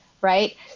right